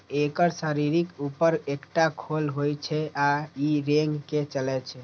एकर शरीरक ऊपर एकटा खोल होइ छै आ ई रेंग के चलै छै